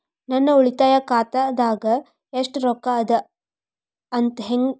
ನನ್ನ ಉಳಿತಾಯ ಖಾತಾದಾಗ ಎಷ್ಟ ರೊಕ್ಕ ಅದ ಅಂತ ಹೇಳ್ತೇರಿ?